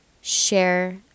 Share